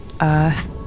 Earth